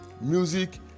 music